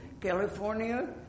California